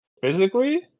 Physically